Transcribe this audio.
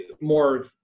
more